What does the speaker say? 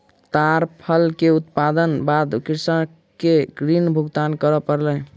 ताड़ फल के उत्पादनक बाद कृषक के ऋण भुगतान कर पड़ल